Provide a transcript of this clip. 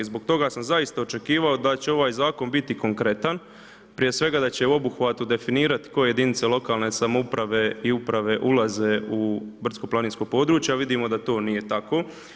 Zbog toga sam zaista očekivao da će ovaj zakon biti konkretan, prije svega da će u obuhvatu definirat koje jedinice lokalne samouprave i uprave ulaze u brdsko planinska područja, a vidimo da to nije tako.